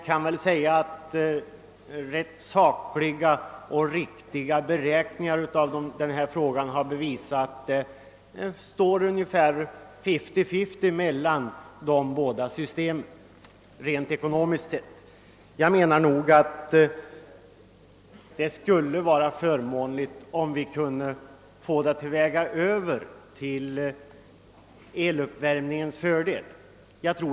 Rent sakliga beräkningar har väl visat att de båda systemen är ungefär jämngoda ekonomiskt sett. Det skulle då vara bra om vi kunde få det att väga över till eluppvärmningens förmån.